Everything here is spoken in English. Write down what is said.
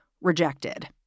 rejected